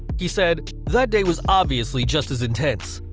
he said that day was obviously just as intense.